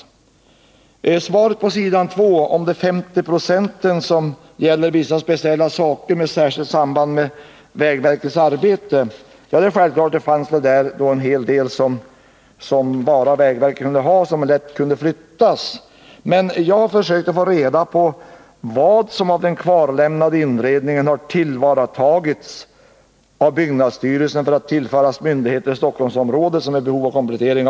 Beträffande det som sägs i svaret om de 50 96 av inredningen som har speciellt samband med vägverkets arbete vill jag framhålla att det självfallet fanns en del saker som bara vägverket kunde ha nytta av och som lätt kunde flyttas. Jag har försökt att få reda på hur mycket av den kvarlämnade inredningen som tillvaratagits av byggnadsstyrelsen för att tillföras myndigheter i Stockholmsområdet som är i behov av komplettering.